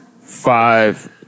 five